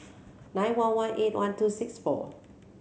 nine one one eight one two six four